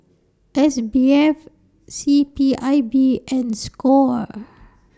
S B F C P I B and SCORE